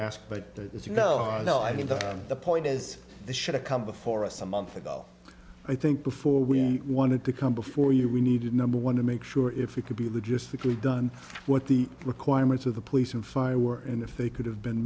know no i think the point is this should have come before us a month ago i think before we wanted to come before you we needed number one to make sure if it could be logistically done what the requirements of the police and fire were and if they could have been